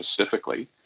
specifically